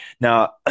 Now